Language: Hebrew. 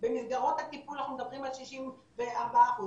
במסגרות הטיפול אנחנו מדברים על 64%. סליחה,